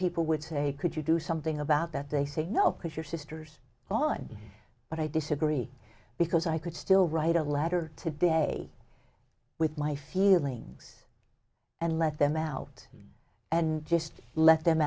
people would say could you do something about that they say no because your sister's gone but i disagree because i could still write a letter today with my feelings and let them out and just let them